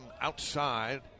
outside